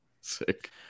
Sick